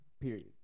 Period